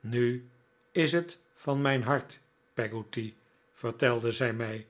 nu is het van mijn hart peggotty vertelde zij mij